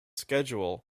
schedule